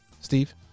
Steve